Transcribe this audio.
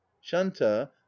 shanta